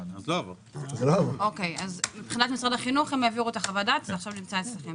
אז משרד החינוך העבירו את חוות הדעת - זה נמצא אצלכם.